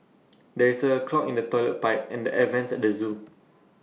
there is A clog in the Toilet Pipe and the air Vents at the Zoo